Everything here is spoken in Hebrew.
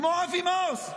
כמו אבי מעוז,